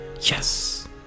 Yes